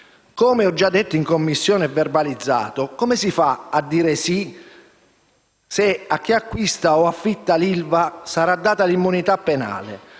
Come ho già detto in Commissione, come si fa a dire «sì» se a chi acquista o affitta ILVA sarà data l'immunità penale?